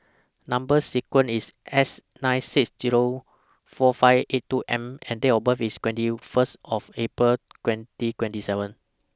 Number sequence IS S nine six Zero four five eight two M and Date of birth IS twenty First of April twenty twenty seven